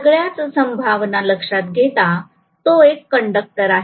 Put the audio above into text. सगळ्याच संभावना लक्षात घेता तो एक कंडक्टर आहे